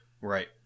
Right